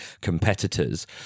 competitors